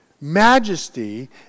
Majesty